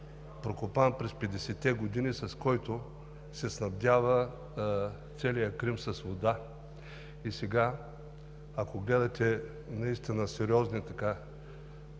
прокопан през 50-те години, с който се снабдява целият Крим с вода. И сега, ако гледате наистина сериозни